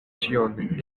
ĉion